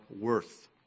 worth